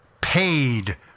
paid